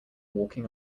walking